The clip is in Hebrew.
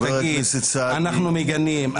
תגיד: אנחנו מגנים,